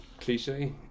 cliche